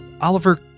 Oliver